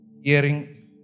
hearing